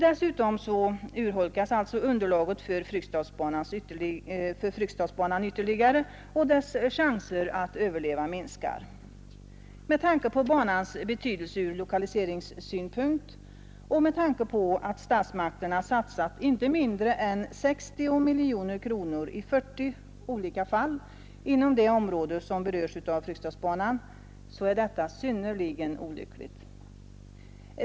Dessutom urholkas underlaget för Fryksdalsbanan ytterligare och dess chanser att överleva minskar. Med tanke på banans betydelse ur lokaliseringssynpunkt och med tanke på att statsmakterna satsat inte mindre än 60 miljoner kronor i 40 olika fall inom det område som berörs av Fryksdalsbanan är detta synnerligen olyckligt.